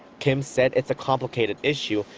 kim said it's a complicated issue,